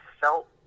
felt